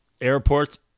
airports